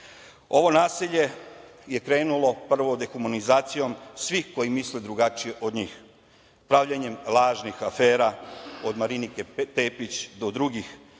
Ovo nasilje je krenulo prvo dehumanizacijom svih koji misle drugačije od njih, pravljenjem lažnih afera od Marinike Tepić, do drugih